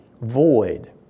void